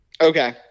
Okay